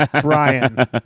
brian